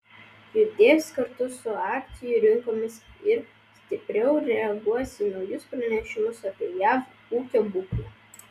judės kartu su akcijų rinkomis ir stipriau reaguos į naujus pranešimus apie jav ūkio būklę